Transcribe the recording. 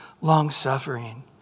long-suffering